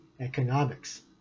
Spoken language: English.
economics